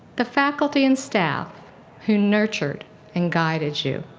the faculty and staff who nurtured and guided you.